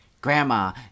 Grandma